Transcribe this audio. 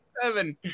Seven